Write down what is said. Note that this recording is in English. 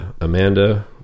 Amanda